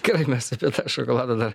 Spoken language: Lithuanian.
gerai mes apie tą šokoladą dar